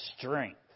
strength